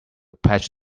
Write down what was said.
patch